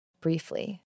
Briefly